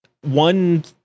one